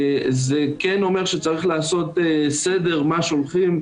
זה כן אומר שצריך לעשות סדר מה שולחים,